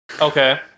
Okay